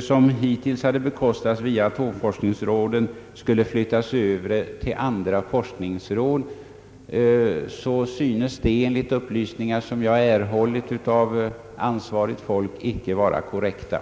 som hittills hade bekostats via atomforskningsråden, skulle flyttas över till andra forskningsråd, synes detta inte enligt uppgifter som jag har erhållit av ansvarigt folk vara korrekt.